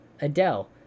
Adele